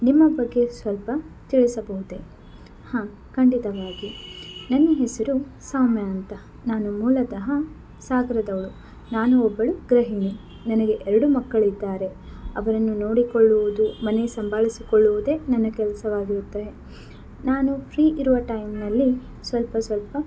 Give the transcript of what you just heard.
ನಿಮ್ಮ ಬಗ್ಗೆ ಸ್ವಲ್ಪ ತಿಳಿಸಬಹುದೇ ಹಾ ಖಂಡಿತವಾಗಿ ನನ್ನ ಹೆಸರು ಸೌಮ್ಯ ಅಂತ ನಾನು ಮೂಲತಃ ಸಾಗರದವಳು ನಾನು ಒಬ್ಬಳು ಗೃಹಿಣಿ ನನಗೆ ಎರಡು ಮಕ್ಕಳಿದ್ದಾರೆ ಅವರನ್ನು ನೋಡಿಕೊಳ್ಳುವುದು ಮನೆ ಸಂಭಾಳಿಸಿಕೊಳ್ಳುವುದೇ ನನ್ನ ಕೆಲಸವಾಗಿರುತ್ತೆ ನಾನು ಫ್ರೀ ಇರುವ ಟೈಮ್ನಲ್ಲಿ ಸ್ವಲ್ಪ ಸ್ವಲ್ಪ